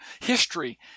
history